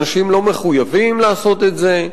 אנשים לא מחויבים לעשות את זה,